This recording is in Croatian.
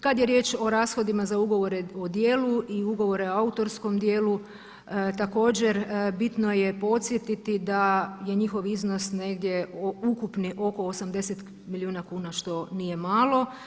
Kada je riječ o rashodima za ugovore o djelu i ugovore o autorskom djelu, također bitno je podsjetiti da je njihov iznos negdje ukupni oko 80 milijuna kuna što nije malo.